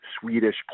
Swedish